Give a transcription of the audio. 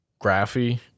graphy